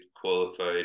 qualified